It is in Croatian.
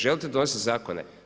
Želite donositi zakone?